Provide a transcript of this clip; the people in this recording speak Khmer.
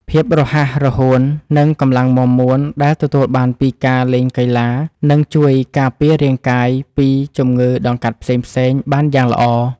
ភាពរហ័សរហួននិងកម្លាំងមាំមួនដែលទទួលបានពីការលេងកីឡានឹងជួយការពាររាងកាយពីជំងឺដង្កាត់ផ្សេងៗបានយ៉ាងល្អ។